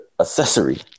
accessory